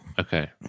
Okay